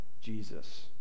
Jesus